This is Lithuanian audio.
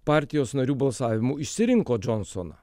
partijos narių balsavimu išsirinko džonsoną